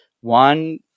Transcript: One